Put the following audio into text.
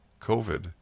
COVID